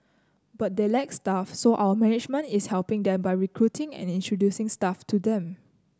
but they lack staff so our management is helping them by recruiting and introducing staff to them